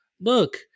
look